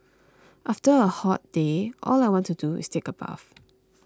after a hot day all I want to do is take a bath